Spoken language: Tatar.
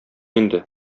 инде